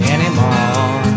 Anymore